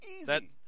Easy